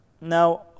Now